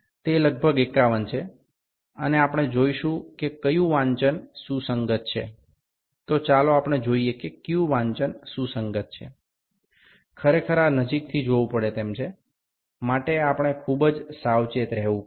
તે લગભગ 51 છે અને આપણે જોઈશું કે કયુ વાંચન સુસંગત છે તો ચાલો આપણે જોઈએ કે કયું વાંચન સુસંગત છે ખરેખર આ નજીકથી જોવુ પડે તેમ છે માટે આપણે ખુબ જ સાવચેત રહેવું પડશે